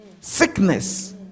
sickness